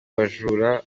bajura